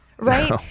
right